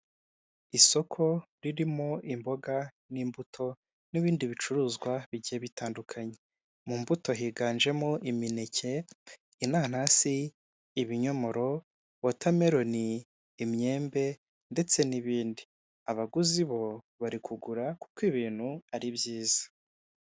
Isoko ririmo imboga n'imbuto n'ibindi bicuruzwa bigiye bitandukanye, mu mbuto higanjemo imineke, inanasi, ibinyomoro, wotameroni, imyembe ndetse n'ibindi. Abaguzi bo bari kugura kuko ibintu ari byiza.